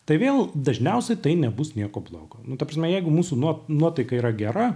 tai vėl dažniausiai tai nebus nieko blogo nu ta prasme jeigu mūsų nuo nuotaika yra gera